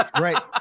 Right